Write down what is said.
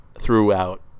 throughout